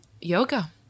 yoga